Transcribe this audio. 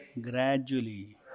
gradually